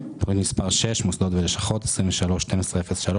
תוכנית מספר 5: מעונות ומפתנים,